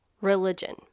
religion